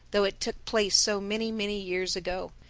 though it took place so many, many years ago.